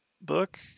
book